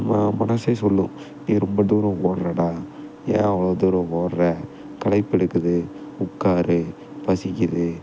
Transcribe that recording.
ம மனதே சொல்லும் நீ ரொம்ப தூரம் ஓடுறே டா ஏன் அவ்வளோ தூரம் ஓடுகிற களைப்பு எடுக்குது உட்காரு பசிக்குது